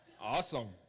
Awesome